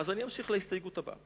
אז אני אמשיך להסתייגות הבאה.